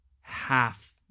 half